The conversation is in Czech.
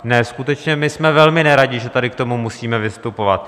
Ne, skutečně jsme velmi neradi, že tady k tomuto musíme vystupovat.